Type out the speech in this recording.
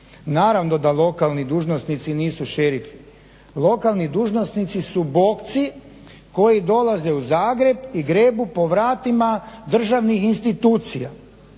naravno da lokalni dužnosnici nisu šerifi, lokalni dužnosnici su bokci koji dolaze u Zagreb i grebu po vratima državnih institucija.